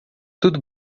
tudo